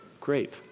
great